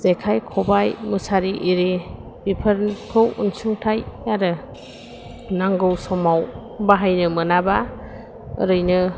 जेखाइ खबाइ मुसारि एरि बिफोरखौ अनसुंथाइ आरो नांगौ समाव बाहायनो मोनाबा ओरैनो